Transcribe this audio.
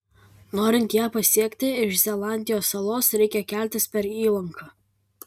norint ją pasiekti iš zelandijos salos reikia keltis per įlanką